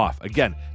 Again